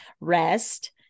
rest